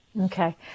Okay